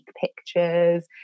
pictures